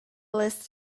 list